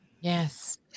Yes